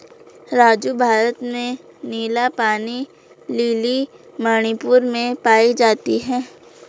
राजू भारत में नीला पानी लिली मणिपुर में पाई जाती हैं